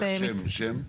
שם, שם?